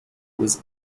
was